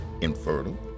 infertile